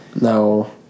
no